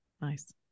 nice